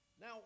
Now